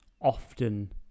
often